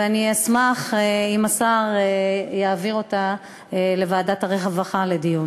ואני אשמח אם השר יעביר אותה לוועדת הרווחה לדיון.